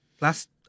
last